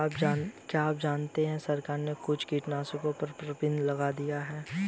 क्या आप जानते है सरकार ने कुछ कीटनाशकों पर प्रतिबंध लगा दिया है?